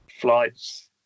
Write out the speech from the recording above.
flights